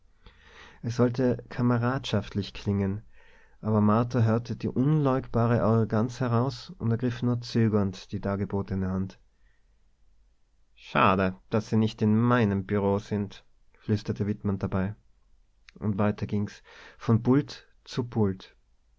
es sollte kameradschaftlich klingen aber martha hörte die unleugbare arroganz heraus und ergriff nur zögernd die dargebotene hand schade daß sie nicht in meinem bureau sind flüsterte wittmann dabei und weiter ging's von pult zu